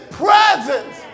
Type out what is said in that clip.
presence